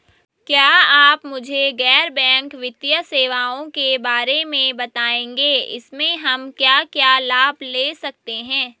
क्या आप मुझे गैर बैंक वित्तीय सेवाओं के बारे में बताएँगे इसमें हम क्या क्या लाभ ले सकते हैं?